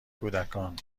کودکان